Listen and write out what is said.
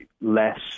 less